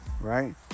right